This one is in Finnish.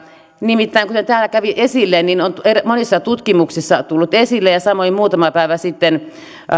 nimittäin kuten täällä kävi esille on monissa tutkimuksissa tullut esille ja samoin muutama päivä sitten